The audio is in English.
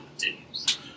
continues